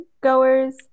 goers